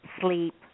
sleep